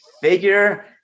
figure